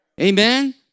amen